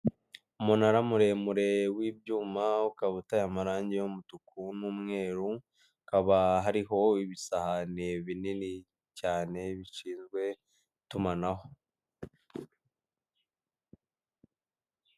Umunara muremure w'ibyuma ukaba uteye amarange y'umutuku n'umweru, hakaba hariho ibisahane binini cyane bishinzwe itumanaho.